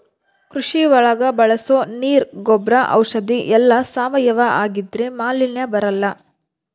ಕೃಷಿ ಒಳಗ ಬಳಸೋ ನೀರ್ ಗೊಬ್ರ ಔಷಧಿ ಎಲ್ಲ ಸಾವಯವ ಆಗಿದ್ರೆ ಮಾಲಿನ್ಯ ಬರಲ್ಲ